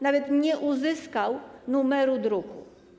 Nawet nie uzyskał numeru druku.